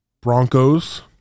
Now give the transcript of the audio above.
Broncos